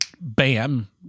bam